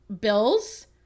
bills